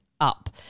up